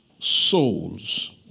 souls